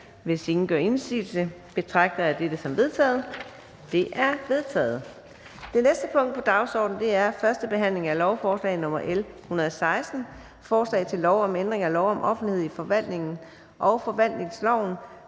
Hvis ingen gør indsigelse, betragter jeg dette som vedtaget. Det er vedtaget. --- Det næste punkt på dagsordenen er: 9) 1. behandling af lovforslag nr. L 116: Forslag til lov om ændring af lov om offentlighed i forvaltningen og forvaltningsloven.